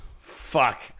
fuck